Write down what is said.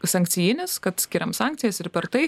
sankcijinis kad skiriam sankcijas ir per tai